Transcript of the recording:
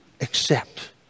accept